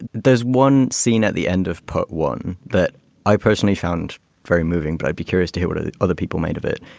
there's one scene at the end of put, one that i personally found very moving. but i'd be curious to hear what other people made of it,